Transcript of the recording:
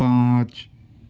پانچ